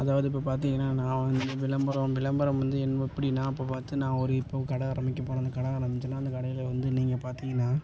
அதாவது இப்போ பார்த்தீங்கன்னா நான் வந்து விளம்பரம் விளம்பரம் வந்து என் எப்படின்னா இப்போ பார்த்து நான் ஒரு இப்போ கடை ஆரம்பிக்க போகிறேன் அந்த கடை ஆரம்பிச்சன்னால் அந்த கடையில் வந்து நீங்கள் பார்த்தீங்கன்னா